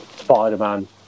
Spider-Man